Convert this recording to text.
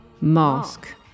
mask